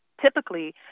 typically